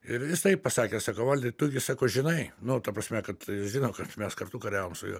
ir jisai pasakė sako valdai tu gi sako žinai nu ta prasme kad žino kad mes kartu kariavom su juo